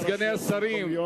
סגני השרים,